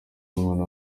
bw’umwana